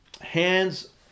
hands